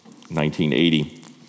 1980